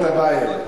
רוברט טיבייב,